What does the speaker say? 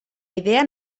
idea